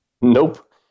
Nope